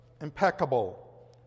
impeccable